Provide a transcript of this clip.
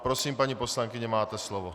Prosím, paní poslankyně, máte slovo.